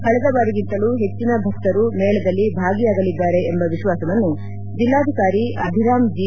ಕಳೆದ ಬಾರಿಗಿಂತಲೂ ಹೆಚ್ಚಿನ ಭಕ್ತರು ಮೇಳದಲ್ಲಿ ಭಾಗಿಯಾಗಲಿದ್ದಾರೆ ಎಂಬ ವಿಶ್ವಾಸವನ್ನು ಜೆಲ್ಲಾಧಿಕಾರಿ ಅಭಿರಾಂ ಜಿ